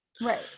Right